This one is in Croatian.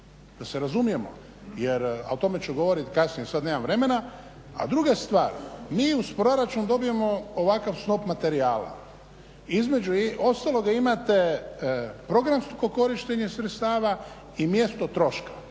da se razumijemo. Jer, a o tome ću govoriti kasnije, sad nemam vremena. A druga stvar mi uz proračun dobijemo ovakav snop materijala. Između ostalog imate programsko korištenje sredstava i mjesto troška.